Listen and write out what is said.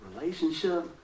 relationship